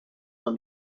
will